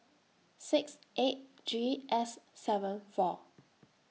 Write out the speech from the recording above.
six eight G S seven four